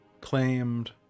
claimed